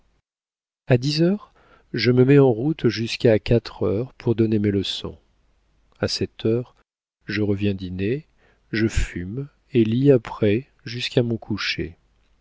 a dix heures je me mets en route jusqu'à quatre heures pour donner mes leçons a cette heure je reviens dîner je fume et lis après jusqu'à mon coucher